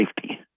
safety